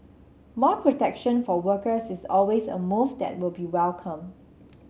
more protection for workers is always a move that will be welcomed